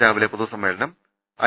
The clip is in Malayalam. രാവിലെ പൊതു സമ്മേളനം ഐ